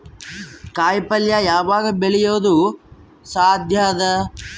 ಕಾಯಿಪಲ್ಯ ಯಾವಗ್ ಬೆಳಿಯೋದು ಸಾಧ್ಯ ಅದ?